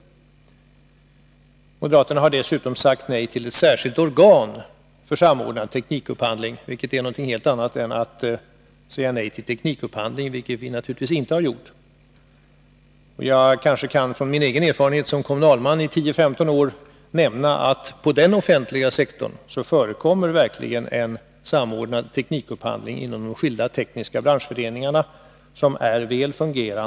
Moderaterna har dessutom sagt nej till ett särskilt organ för samordnad teknikupphandling, vilket är någonting helt annat än att säga nej till teknikupphandling, något som vi naturligtvis inte har gjort. Jag har 10—15 års erfarenhet som kommunalman och kan kanske nämna att på den kommunala offentliga sektorn förekommer verkligen en samordnad och väl fungerande teknikupphandling inom skilda tekniska branscher.